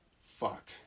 Fuck